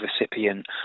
recipient